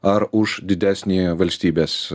ar už didesnį valstybės